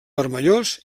vermellós